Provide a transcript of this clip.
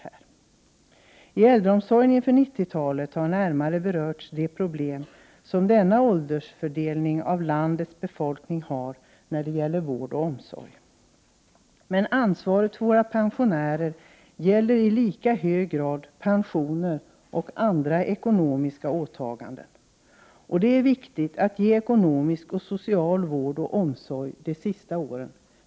I fråga om äldreomsorgen inför 90-talet har närmare berörts de problem som denna åldersfördelning av landets befolkning medför när det gäller vård och omsorg. Men ansvaret för våra pensionärer gäller i lika hög grad pensioner och andra ekonomiska åtaganden. Det är viktigt att ge ekonomisk och social vård och omsorg under de sista åren.